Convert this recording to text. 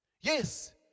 Yes